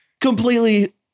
completely